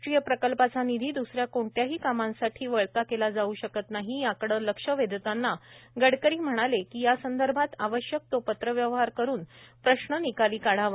राष्ट्रीय प्रकल्पाचा निधी दुसऱ्या कोणत्याही कामासाठी वळता केला जाऊ शकत नाही याकडे लक्ष वेधताना गडकरी म्हणाले की या संदर्भात आवश्यक तो पत्रव्यवहार करून प्रश्न निकाली काढावा